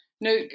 no